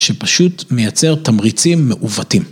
שפשוט מייצר תמריצים מעוותים.